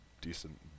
decent